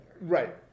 Right